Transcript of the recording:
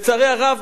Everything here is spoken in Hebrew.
לצערי הרב